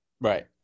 Right